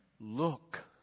look